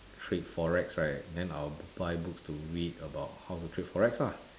trade forex right then I will buy books to read about how to trade forex lah